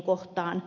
kohtaan